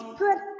put